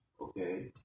okay